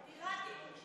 דירת איפור.